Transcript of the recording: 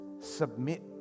submit